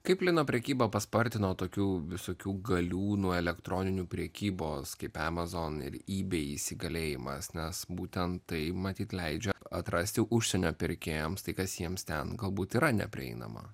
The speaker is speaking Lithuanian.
kaip lino prekyba paspartino tokių visokių galiūnų elektroninių prekybos kaip amazon ir abay įsigalėjimas nes būtent tai matyt leidžia atrasti užsienio pirkėjams tai kas jiems ten galbūt yra neprieinama